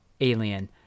alien